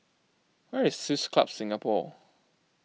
where is Swiss Club Singapore